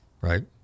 right